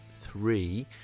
three